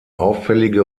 auffällige